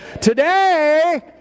Today